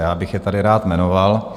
Já bych je tady rád jmenoval.